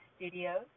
studios